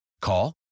Call